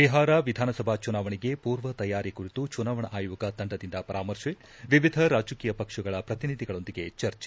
ಬಿಹಾರ ವಿಧಾನಸಭಾ ಚುನಾವಣೆಗೆ ಮೂರ್ವ ತಯಾರಿ ಕುರಿತು ಚುನಾವಣಾ ಆಯೋಗ ತಂಡದಿಂದ ಪರಾಮರ್ತೆ ವಿವಿಧ ರಾಜಕೀಯ ಪಕ್ಷಗಳ ಪ್ರತಿನಿಧಿಗಳೊಂದಿಗೆ ಚರ್ಚೆ